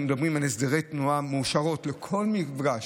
אנחנו מדברים על הסדרי תנועה שמאושרים לכל מפגש.